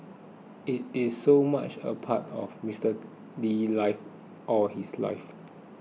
it is so much a part of Mister Lee's life all his life